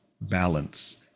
balance